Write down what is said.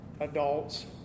adults